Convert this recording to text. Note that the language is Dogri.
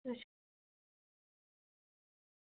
अच्छा